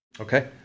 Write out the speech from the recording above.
Okay